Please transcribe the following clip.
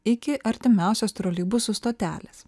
iki artimiausios troleibusų stotelės